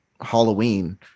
Halloween